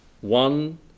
One